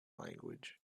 language